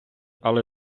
але